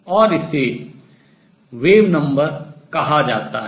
और इसे तरंग संख्या कहा जाता है